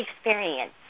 experience